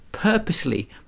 Purposely